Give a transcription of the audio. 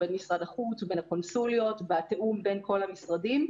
הוא בין משרד החוץ ובין הקונסוליות בתאום בין כל המשרדים,